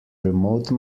remote